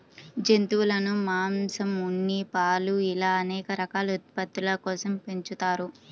జంతువులను మాంసం, ఉన్ని, పాలు ఇలా అనేక రకాల ఉత్పత్తుల కోసం పెంచుతారు